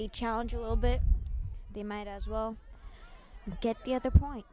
they challenge a little bit they might as well get the other point